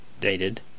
Dated